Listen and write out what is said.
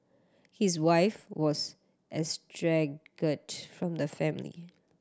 his wife was estranged from the family